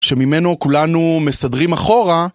שממנו כולנו מסדרים אחורה